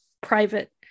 private